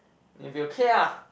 if you okay ah